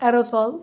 aerosol